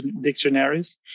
dictionaries